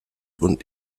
und